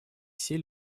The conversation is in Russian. все